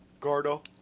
Gordo